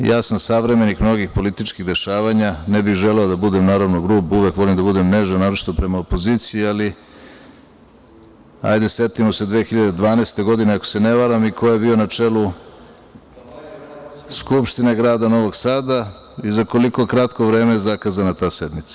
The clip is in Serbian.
Ja sam savremenik mnogih političkih dešavanja, ne bih želeo da budem, naravno, grub, uvek volim da budem nežan, naročito prema opoziciji, ali hajde da se setimo 2012. godine, ako se ne varam, i ko je bio na čelu Skupštine grada Novog Sada i za koliko kratko vreme je zakazana ta sednica.